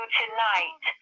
tonight